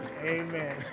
Amen